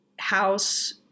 house